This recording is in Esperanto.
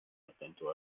atentu